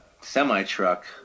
semi-truck